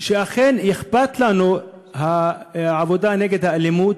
שאכן אכפת לנו העבודה נגד האלימות,